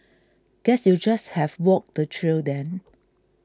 guess you'll just have walk the trail then